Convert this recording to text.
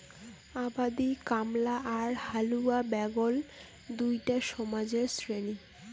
আবাদি কামলা আর হালুয়া ব্যাগল দুইটা সমাজের শ্রেণী